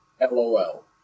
LOL